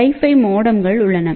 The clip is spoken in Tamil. வைஃபை மோடம்கள் உள்ளன